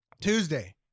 Tuesday